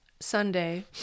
Sunday